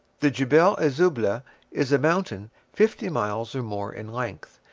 the jebel es zubleh is a mountain fifty miles and more in length,